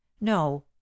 No